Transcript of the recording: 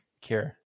care